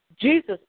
Jesus